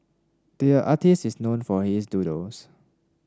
the artist is known for his doodles